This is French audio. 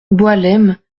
boualem